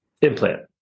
implant